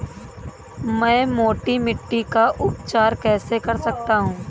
मैं मोटी मिट्टी का उपचार कैसे कर सकता हूँ?